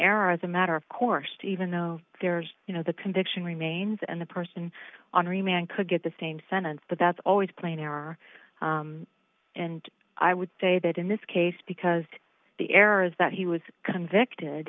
error as a matter of course even though there's you know the conviction remains and the person on remand could get the same sentence but that's always plainer and i would say that in this case because the error is that he was convicted